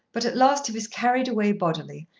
but at last he was carried away bodily,